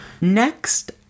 Next